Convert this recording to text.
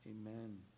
Amen